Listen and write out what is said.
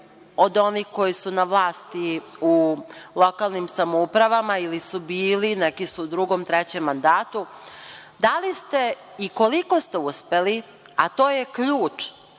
od onih koji su na vlasti u lokalnim samoupravama ili su bili, neki su u drugom, trećem mandatu - da li ste i koliko ste uspeli, a to je ključ